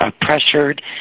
pressured